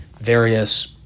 various